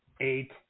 Eight